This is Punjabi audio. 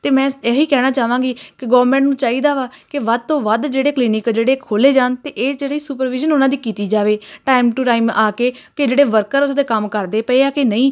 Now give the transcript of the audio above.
ਅਤੇ ਮੈਂ ਇਹੀ ਕਹਿਣਾ ਚਾਹਾਂਗੀ ਕਿ ਗਵਰਨਮੈਂਟ ਨੂੰ ਚਾਹੀਦਾ ਵਾ ਕਿ ਵੱਧ ਤੋਂ ਵੱਧ ਜਿਹੜੇ ਕਲੀਨਿਕ ਜਿਹੜੇ ਖੋਲ੍ਹੇ ਜਾਣ ਅਤੇ ਇਹ ਜਿਹੜੇ ਸੁਪਰਵਿਜ਼ਨ ਉਹਨਾਂ ਦੀ ਕੀਤੀ ਜਾਵੇ ਟਾਈਮ ਟੂ ਟਾਈਮ ਆ ਕੇ ਕਿ ਜਿਹੜੇ ਵਰਕਰ ਉਹਦੇ ਕੰਮ ਕਰਦੇ ਪਏ ਆ ਕਿ ਨਹੀਂ